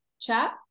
chat